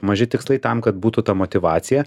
maži tikslai tam kad būtų ta motyvacija